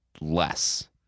less